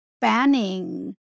banning